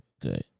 good